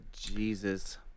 Jesus